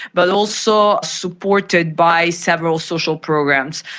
but also supported by several social programs,